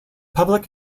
public